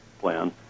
plan